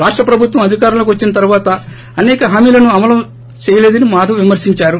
రాష్ట ప్రభుత్వం అధికారంలోకి వచ్చిన తరువాత అసేక హామీలను అమలు చేయలేదని మాధవ్ విమర్పించారు